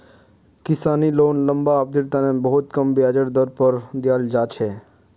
किसानी लोन लम्बा अवधिर तने बहुत कम ब्याजेर दर पर दीयाल जा छे